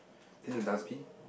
in the dustbin